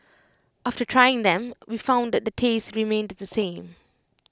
after trying them we found that the taste remained the same